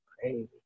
Crazy